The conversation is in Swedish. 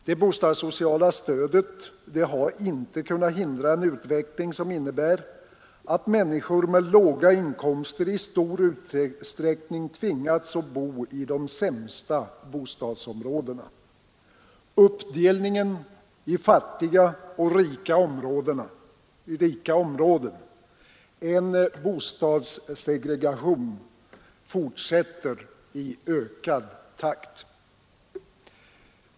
Det bostadssociala stödet har inte kunnat hindra en utveckling som innebär att människor med låga inkomster i stor utsträckning tvingats bo i de sämsta bostadsområdena. Uppdelningen i fattiga och rika områden, en bostadssegregation, fortsätter i ökad takt.